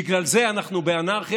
בגלל זה אנחנו באנרכיה,